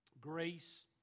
Grace